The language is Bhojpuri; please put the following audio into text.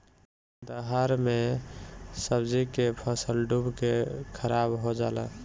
दहाड़ मे सब्जी के फसल डूब के खाराब हो जला